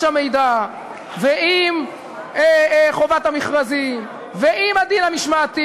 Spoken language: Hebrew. המידע ועם חובת המכרזים ועם הדין המשמעתי.